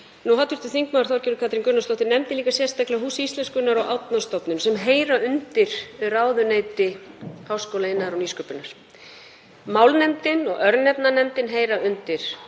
embættisins. Hv. þm. Þorgerður Katrín Gunnarsdóttir nefndi líka sérstaklega Hús íslenskunnar og Árnastofnun sem heyra undir ráðuneyti háskóla, iðnaðar og nýsköpunar. Málnefndin og örnefnanefndin heyra undir